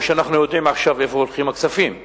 או שאנחנו יודעים עכשיו לאיפה הולכים הכספים,